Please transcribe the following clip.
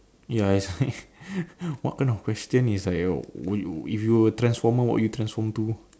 ya that's like what kind of question is like uh if you were a transformer what you transform to